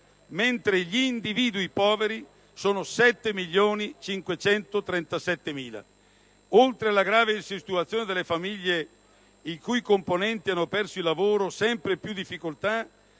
mentre gli individui poveri sono 7.537.000. Oltre alla grave situazione delle famiglie i cui componenti hanno perso il lavoro, sempre più difficoltà